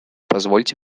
позвольте